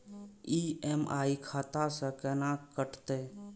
EMI खाता से केना कटते?